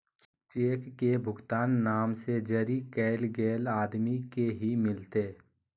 cheque के भुगतान नाम से जरी कैल गेल आदमी के ही मिलते